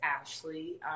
Ashley